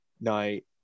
night